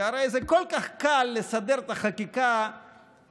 כי הרי זה כל כך קל לסדר את החקיקה בהתאם